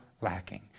lacking